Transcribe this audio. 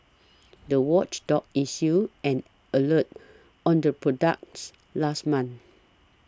the watchdog issued an alert on the products last month